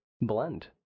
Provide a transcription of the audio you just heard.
blend